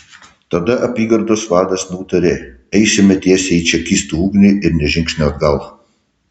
tada apygardos vadas nutarė eisime tiesiai į čekistų ugnį ir nė žingsnio atgal